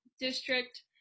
district